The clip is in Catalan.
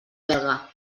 belga